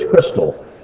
crystal